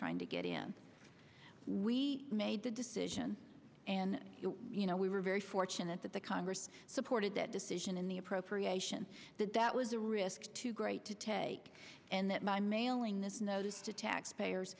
trying to get in we made the decision and you know we were very fortunate that the congress supported that decision in the appropriation that that was a risk too great to take and that my mailing this notice to taxpayers